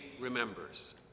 remembers